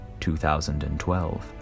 2012